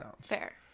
Fair